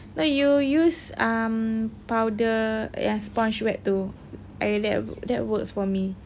no you use um powder yang sponge wet tu I that that works for me